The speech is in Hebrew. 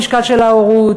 המשקל של ההורות,